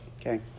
okay